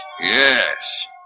Yes